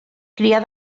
criar